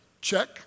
Check